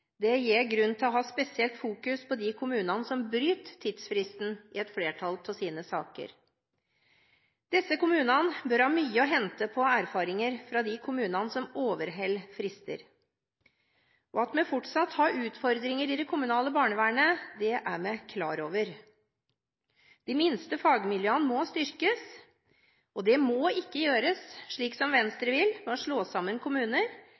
gir grunn til å ha spesielt fokus på de kommunene som bryter tidsfristen i et flertall av sine saker. Disse kommunene bør ha mye å hente på erfaringer fra de kommunene som overholder frister. At vi fortsatt har utfordringer i det kommunale barnevernet, er vi klar over. De minste fagmiljøene må styrkes, og det må ikke gjøres slik Venstre vil, ved å slå sammen kommuner.